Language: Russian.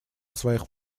своих